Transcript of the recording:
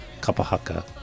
Kapahaka